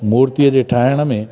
मूर्तीअ जे ठाहिण में